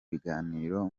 biganiro